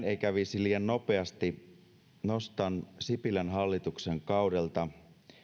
ei kävisi liian nopeasti nostan sipilän hallituksen kaudelta